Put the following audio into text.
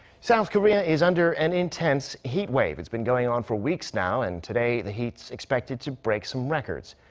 south korea is under an intense heat wave. it's been going on for weeks now, and today the heat's expected to break some records.